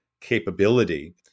capability